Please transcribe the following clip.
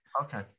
Okay